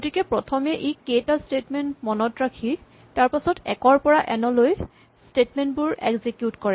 গতিকে প্ৰথমে ই কে টা স্টেটমেন্ট মনত ৰাখি তাৰপাছত ১ ৰ পৰা এন লৈ স্টেটমেন্ট বোৰ এক্সিকিউট কৰে